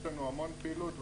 יש לנו המון פעילות,